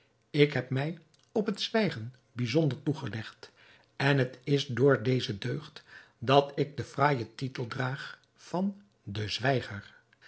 ik heb mij op het zwijgen bijzonder toegelegd en het is door deze deugd dat ik den fraaijen titel draag van den zwijger